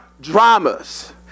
dramas